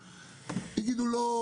אבל יגידו לא,